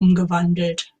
umgewandelt